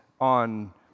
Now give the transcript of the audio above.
on